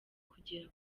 kugera